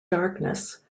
darkness